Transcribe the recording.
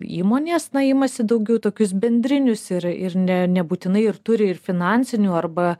įmonės na imasi daugiau tokius bendrinius ir ir ne nebūtinai ir turi ir finansinių arba